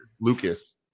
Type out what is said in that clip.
Lucas